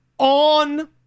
On